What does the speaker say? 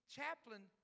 chaplain